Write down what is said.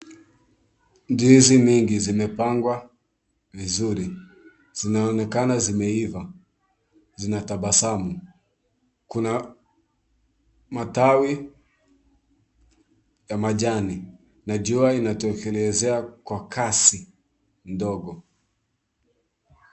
Ndizi mingi zimepangwa, vizuri. Zinaonekana zimeiva. Zinatabasamu. Kuna matawi ya majani. Na jua inatokelezea kwa kasi , ndogo.